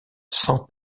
sans